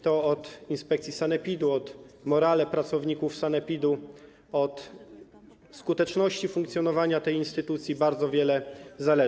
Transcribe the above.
To od inspekcji sanepidu, od morale pracowników sanepidu, od skuteczności funkcjonowania tej instytucji bardzo wiele zależy.